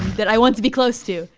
that i want to be close to.